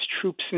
troops